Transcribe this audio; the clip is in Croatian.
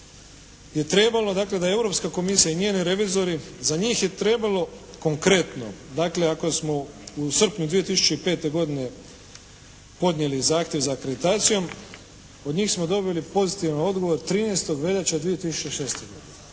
je trebalo dakle da Europska Komisija i njeni revizori, za njih je trebalo konkretno, dakle ako smo u srpnju 2005. godine podnijeli zahtjev za akreditacijom od njih smo dobili pozitivan odgovor 13. veljače 2006. godine.